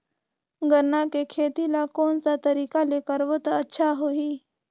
गन्ना के खेती ला कोन सा तरीका ले करबो त अच्छा होही?